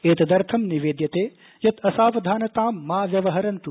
एतदर्थं निवेद्यते यतः असावधानतां मा व्यवहरन्त्